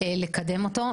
לקדם אותו,